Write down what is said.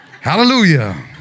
Hallelujah